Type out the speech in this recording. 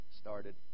started